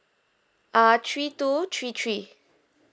ah three two three three